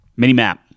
Minimap